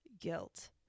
guilt